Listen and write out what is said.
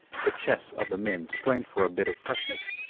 the chests of the men strained for a bit of freshness,